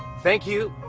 thank you,